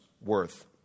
worth